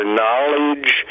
knowledge